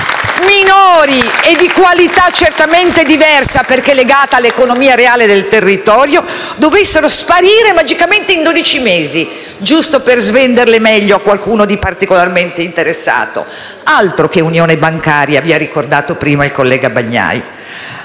minori e di qualità certamente diversa perché legata all'economia reale del territorio, dovessero sparire magicamente in dodici mesi, giusto per svenderle meglio a qualcuno di particolarmente interessato. Altro che unione bancaria, vi ha ricordato prima il collega Bagnai.